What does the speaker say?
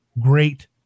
great